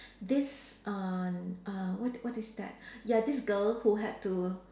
this uh uh what what is that ya this girl who had to